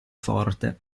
forte